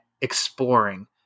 exploring